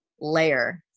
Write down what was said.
layer